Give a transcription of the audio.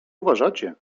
uważacie